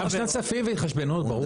גם שנת כספים והתחשבנות, ברור.